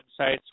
websites